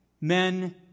men